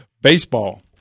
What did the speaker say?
baseball